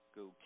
go